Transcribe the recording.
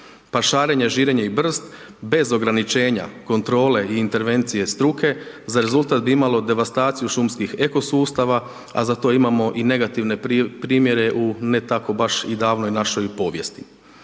Pašarenje, žirenje i brst bez ograničenja, kontrole i intervencije struke za rezultat bi imalo devastaciju šumskih eko sustava, a za to imamo i negativne primjere u ne tako baš i davnoj našoj povijesti.